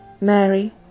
Mary